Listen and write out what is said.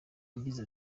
yagize